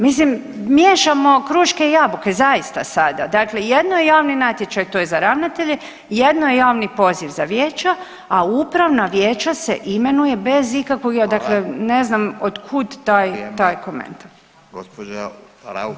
Mislim miješamo kruške i jabuke zaista sada, dakle jedno je javni natječaj, to je za ravnatelje i jedno je javni poziv za vijeća, a u upravna vijeća se imenuje bez ikakvog… [[Govornik se ne razumije]] , dakle ne znam od kud taj, taj komentar.